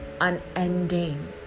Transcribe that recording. unending